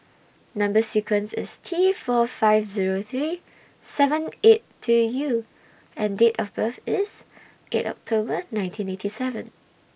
Number sequence IS T four five Zero three seven eight two U and Date of birth IS eight October nineteen eighty seven